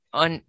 on